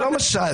זה לא מה ששאלתי.